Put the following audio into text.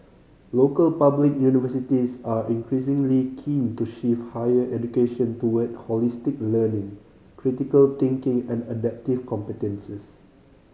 local public universities are increasingly keen to shift higher education toward holistic learning critical thinking and adaptive competences